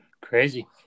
crazy